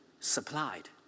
supplied